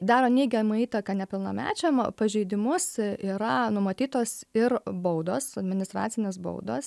daro neigiamą įtaką nepilnamečiam pažeidimus yra numatytos ir baudos administracinės baudos